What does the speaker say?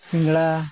ᱥᱤᱸᱜᱟᱹᱲᱟ